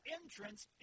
entrance